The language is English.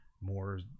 more